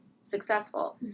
successful